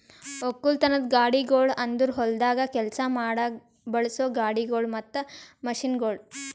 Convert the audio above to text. ಒಕ್ಕಲತನದ ಗಾಡಿಗೊಳ್ ಅಂದುರ್ ಹೊಲ್ದಾಗ್ ಕೆಲಸ ಮಾಡಾಗ್ ಬಳಸೋ ಗಾಡಿಗೊಳ್ ಮತ್ತ ಮಷೀನ್ಗೊಳ್